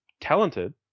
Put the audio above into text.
talented